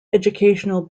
educational